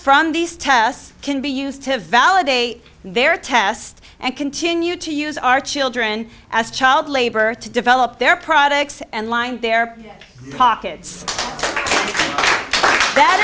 from these tests can be used to validate their test and continue to use our children as child labor to develop their products and line their pockets